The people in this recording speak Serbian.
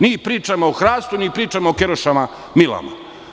Mi pričamo o hrastu i pričamo o kerušama Milama.